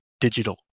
digital